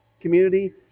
community